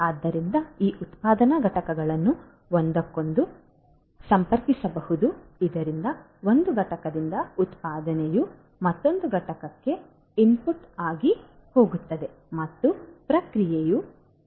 ಆದ್ದರಿಂದ ಈ ಉತ್ಪಾದನಾ ಘಟಕಗಳನ್ನು ಒಂದಕ್ಕೊಂದು ಸಂಪರ್ಕಿಸಬಹುದು ಇದರಿಂದ ಒಂದು ಘಟಕದಿಂದ ಉತ್ಪಾದನೆಯು ಮತ್ತೊಂದು ಘಟಕಕ್ಕೆ ಇನ್ಪುಟ್ ಆಗಿ ಹೋಗುತ್ತದೆ ಮತ್ತು ಪ್ರಕ್ರಿಯೆಯು ಮುಂದುವರಿಯುತ್ತದೆ